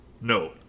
No